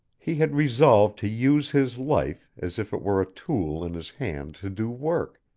he had resolved to use his life as if it were a tool in his hand to do work,